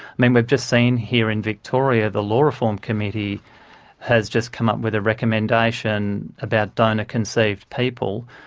mean, we've just seen here in victoria the law reform committee has just come up with a recommendation about donor-conceived people,